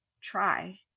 try